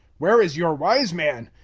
where is your wise man?